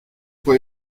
quoi